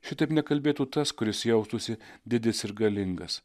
šitaip nekalbėtų tas kuris jaustųsi didis ir galingas